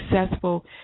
successful